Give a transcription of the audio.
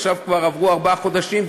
עכשיו כבר עברו ארבעה חודשים,